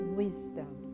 wisdom